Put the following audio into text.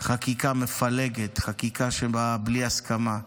חקיקה מפלגת, חקיקה שבאה בלי הסכמה.